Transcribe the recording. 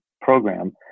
program